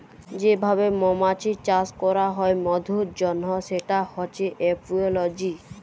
যে ভাবে মমাছির চাষ ক্যরা হ্যয় মধুর জনহ সেটা হচ্যে এপিওলজি